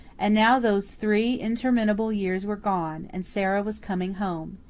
and now those three interminable years were gone, and sara was coming home.